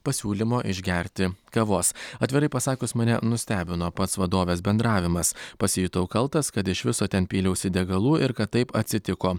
pasiūlymo išgerti kavos atvirai pasakius mane nustebino pats vadovės bendravimas pasijutau kaltas kad iš viso ten pyliausi degalų ir kad taip atsitiko